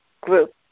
group